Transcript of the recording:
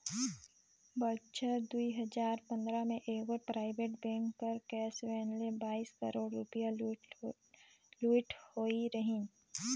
बछर दुई हजार पंदरा में एगोट पराइबेट बेंक कर कैस वैन ले बाइस करोड़ रूपिया लूइट होई रहिन